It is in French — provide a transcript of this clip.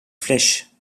flèche